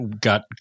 got